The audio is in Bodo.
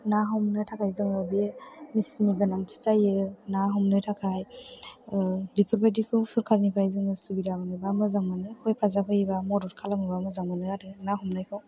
ना हमनो थाखाय जोङो बे मेसिननि गोनांथि जायो ना हमनो थाखाय बेफोरबायदिखौ सोरकारनिफ्राय जोङो सुबिदा मोनोबा मोजां मोनो हेफाजाब होयोबा मदद खालामोबा मोजां मोनो आरो ना हमनायखौ